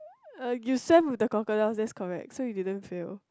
uh you swam with the crocodiles that's correct so you didn't fail